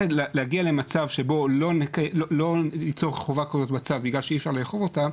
להגיע למצב שבו לא נצור חובה כזאת בצו בגלל שאי אפשר לאכוף אותה,